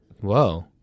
Whoa